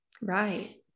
Right